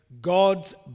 God's